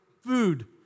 food